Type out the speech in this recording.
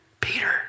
Peter